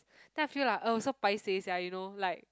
then I feel like oh so paiseh sia you know like